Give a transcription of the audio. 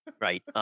right